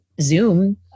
Zoom